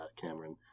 Cameron